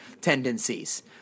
tendencies